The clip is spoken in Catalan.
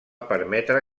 permetre